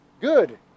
good